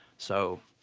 so,